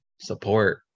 support